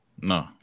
No